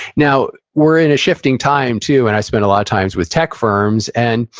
now, we're in a shifting time too, and i spent a lot of times with tech firms. and,